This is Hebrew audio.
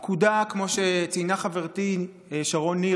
הפקודה, כמו שציינה היום חברתי שרון ניר,